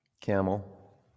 Camel